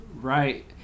Right